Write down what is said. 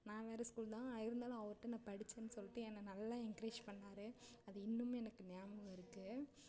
நான் வேறு ஸ்கூல் தான் இருந்தாலும் அவர்கிட்ட நான் படித்தேன் சொல்லிட்டு என்னை நல்லா என்கரேஜ் பண்ணாரு அது இன்னமும் எனக்கு ஞாபகம் இருக்குது